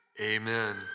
amen